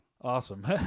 Awesome